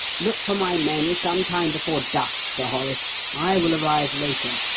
look for my men some time before dusk, sir horace i will arrive later.